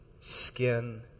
skin